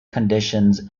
conditions